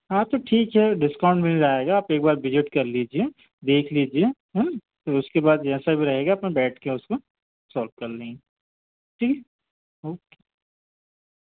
हाँ तो ठीक हे डिस्काउंट मिल जाएगा आप एक बार भिजिट कर लीजिए देख लीजिए फिर उसके बाद जैसा भी रहेगा अपन बैठ कर उसको सोलभ कर लेंगे ठीक ओके